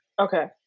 okay